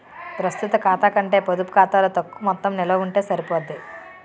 ప్రస్తుత ఖాతా కంటే పొడుపు ఖాతాలో తక్కువ మొత్తం నిలవ ఉంటే సరిపోద్ది